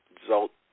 result